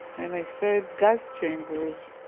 and i said, gas chambers.